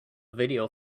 video